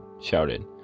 shouted